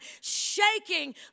shaking